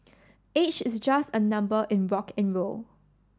age is just a number in rock N roll